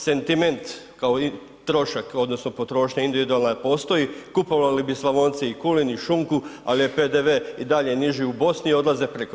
Sentiment kao trošak odnosno potrošnja individualna postoji, kupovali bi Slavonci i kulen i šunku, ali je PDV i dalje niži u Bosni, odlaze preko.